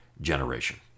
generation